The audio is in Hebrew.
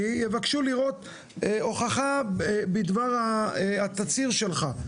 יבקשו לראות הוכחה בדבר התצהיר שלך.